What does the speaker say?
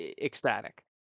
ecstatic